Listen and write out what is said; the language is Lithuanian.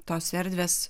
tos erdvės